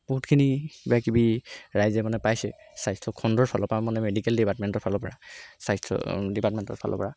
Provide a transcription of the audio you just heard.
বহুতখিনি কিবাকিবি ৰাইজে মানে পাইছে স্বাস্থ্য খণ্ডৰ ফালৰ পৰা মানে মেডিকেল ডিপাৰ্টমেণ্টৰ ফালৰ পৰা স্বাস্থ্য ডিপাৰ্টমেণ্টৰ ফালৰ পৰা